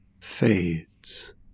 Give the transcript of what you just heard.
fades